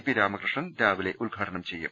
P Ramakrishnan രാവിലെ ഉദ്ഘാടനം ചെയ്യും